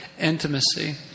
intimacy